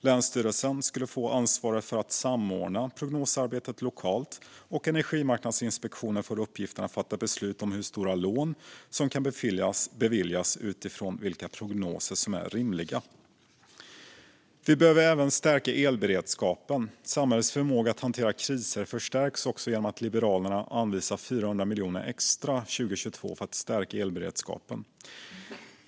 Länsstyrelserna skulle få ansvaret för att samordna prognosarbetet lokalt, och Energimarknadsinspektionen skulle få uppgiften att fatta beslut om hur stora lån som kan beviljas utifrån vilka prognoser som är rimliga. Vi behöver även stärka elberedskapen. Samhällets förmåga att hantera kriser förstärks genom att Liberalerna anvisar 400 miljoner extra för 2022 för att förstärka elberedskapen.